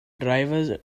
drivers